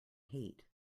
hate